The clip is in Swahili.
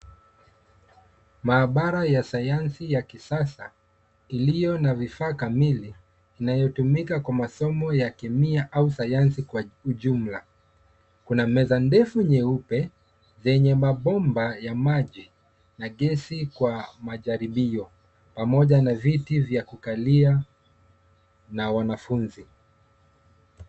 Maabara ya sayansi ya kisasa, iliyo na vifaa kamili inayotumika kwa masomo ya kemia au sayansi kwa ujumla. Kuna meza ndefu nyeupe, zenye mabomba ya maji na gesi kwa majaribio pamoja na viti vya kukalia na wanafunzi